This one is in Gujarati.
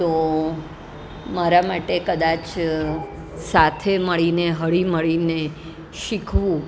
તો મારા માટે કદાચ સાથે મળીને હળી મળીને શીખવું